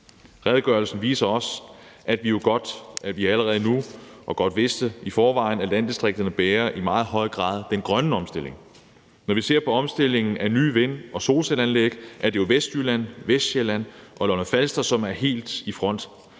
Redegørelsen viser også, at vi allerede nu ved og godt vidste i forvejen, at landdistrikterne i meget høj grad bærer den grønne omstilling. Når vi ser på omstillingen af nye vind- og solcelleanlæg, er det jo Vestjylland, Vestsjælland og Lolland-Falster, som er helt i front,